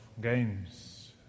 games